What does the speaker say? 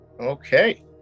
okay